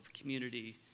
community